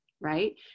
right